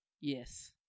Yes